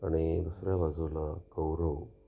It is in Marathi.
आणि दुसऱ्या बाजूला कौरव